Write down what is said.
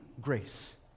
grace